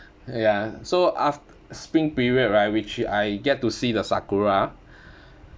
ya so af~ spring period right which I get to see the sakura